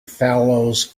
fellows